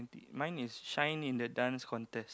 mine is shine in the Dance Contest